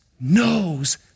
knows